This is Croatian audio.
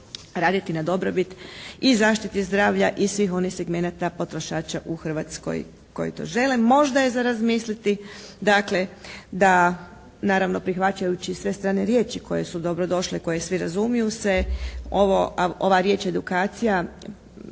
raditi na dobrobit i zaštiti zdravlja i svih onih segmenata potrošača u Hrvatskoj koji to žele. Možda je za razmisliti da naravno prihvaćajući sve strane riječi koje su dobrodošle, koje svi razumiju se ova riječ edukacija